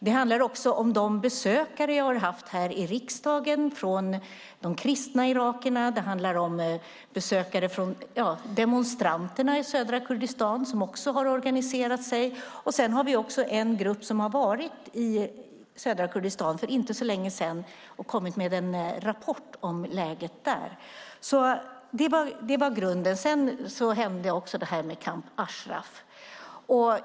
Det handlar också om de besökare jag har haft här i riksdagen från de kristna irakierna och om demonstranterna i södra Kurdistan, som också har organiserat sig. Det finns också en grupp som har varit i södra Kurdistan för inte så länge sedan och som har kommit med en rapport om läget där. Detta var alltså grunden. Sedan inträffade detta med Camp Ashraf.